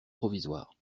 provisoire